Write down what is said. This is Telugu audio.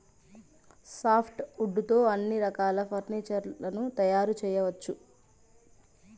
సాఫ్ట్ వుడ్ తో అన్ని రకాల ఫర్నీచర్ లను తయారు చేయవచ్చు